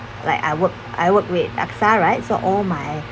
like I work I work with axa right so all my